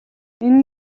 энэ